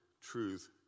truth